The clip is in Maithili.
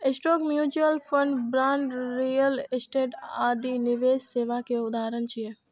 stock, mutual fund, bond, real estate आदि निवेश सेवा के उदाहरण छियै